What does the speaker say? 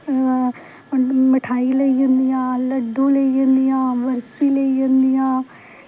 मिठाई लेई जंदियां लड्डू लेई जंदियां बर्फी लेई जंदियां